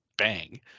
bang